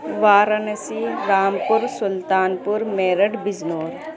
Varanasi Rampur Sultanpur Meerut Bijnor